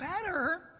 better